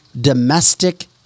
domestic